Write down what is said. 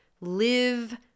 live